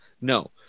no